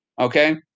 okay